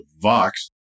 Vox